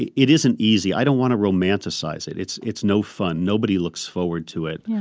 it it isn't easy. i don't want to romanticize it. it's it's no fun. nobody looks forward to it.